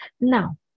Now